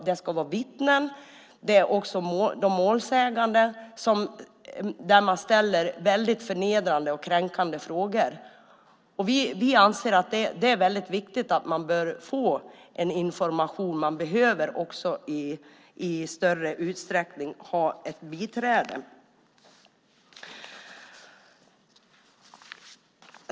Det handlar om vittnen och om de målsägande som man ställer förnedrande och kränkande frågor till. Vi anser att det är viktigt att man får den information man behöver och att man även i större utsträckning får ett biträde.